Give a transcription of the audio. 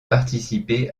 participé